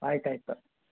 ಆಯ್ತು ಆಯ್ತು ಸರ್